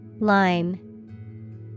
Line